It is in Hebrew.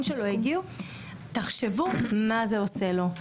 שלו הגיעו לביה"ס לצפות בילד שלהם תחשבו מה זה עושה לו.